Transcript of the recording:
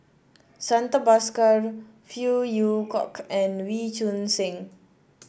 Santha Bhaskar Phey Yew Kok and Wee Choon Seng